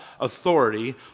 authority